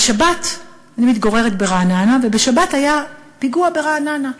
אני מתגוררת ברעננה, ובשבת היה פיגוע ברעננה.